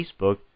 Facebook